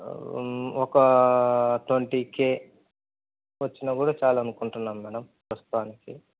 ఒక twenty K వచ్చినా కూడా చాలు అనుకుంటున్నాను మేడం ప్రస్తుతానికి